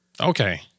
Okay